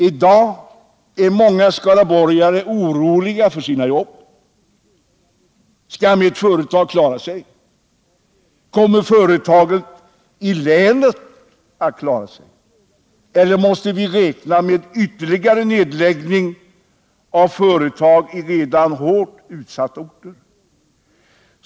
I dag är många skaraborgare oroliga för sina jobb. Skall mitt företag klara sig? Kommer företagen i länet att klara sig, eller måste vi räkna med ytterligare nedläggningar av företag på redan hårt utsatta orter?